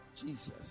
Jesus